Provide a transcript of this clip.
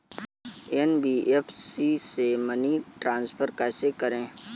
NBFC से money transfer कैसे करें?